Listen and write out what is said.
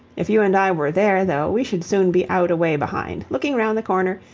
if you and i were there, though, we should soon be out away behind, looking round the corner,